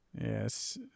Yes